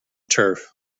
turf